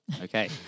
Okay